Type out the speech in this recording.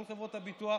מול חברות הביטוח,